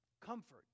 Comfort